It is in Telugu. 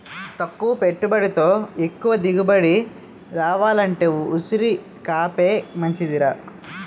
తక్కువ పెట్టుబడితో ఎక్కువ దిగుబడి రావాలంటే ఉసిరికాపే మంచిదిరా